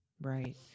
right